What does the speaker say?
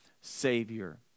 Savior